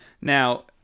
Now